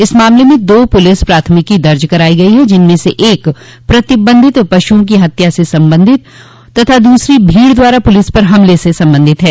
इस मामले में दो पुलिस प्राथमिकी दर्ज कराई गई है जिनम से एक प्रतिबंधित पशुओं की हत्या से संबंधित तथा दूसरी भीड़ द्वारा पुलिस पर हमला से संबंधित है